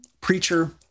Preacher